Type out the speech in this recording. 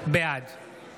בעד